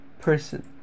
person